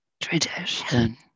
tradition